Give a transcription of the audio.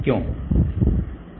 क्यों